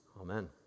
Amen